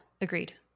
agreed